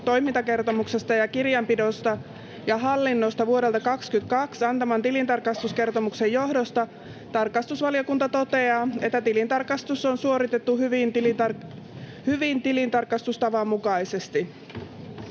toimintakertomuksesta, kirjanpidosta ja hallinnosta vuodelta 2022 antaman tilintarkastuskertomuksen johdosta tarkastusvaliokunta toteaa, että tilintarkastus on suoritettu hyvän tilintarkastustavan mukaisesti.